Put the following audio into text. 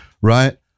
right